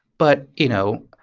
but, you know,